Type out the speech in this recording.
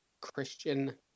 Christian